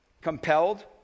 Compelled